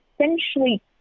essentially